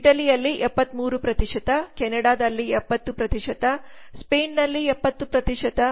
ಇಟಲಿಯಲ್ಲಿ 73 ಕೆನಡಾದಲ್ಲಿ 70 ಮತ್ತು ಸ್ಪೇನ್ನಲ್ಲಿ 70